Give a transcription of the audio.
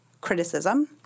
criticism